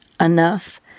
enough